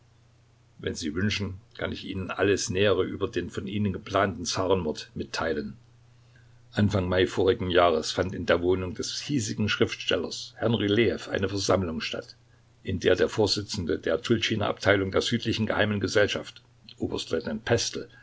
wenn sie wünschen kann ich ihnen alles nähere über den von ihnen geplanten zarenmord mitteilen anfang mai vorigen jahres fand in der wohnung des hiesigen schriftstellers herrn rylejew eine versammlung statt in der der vorsitzende der tultschiner abteilung der südlichen geheimen gesellschaft